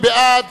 מי בעד?